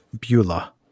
Beulah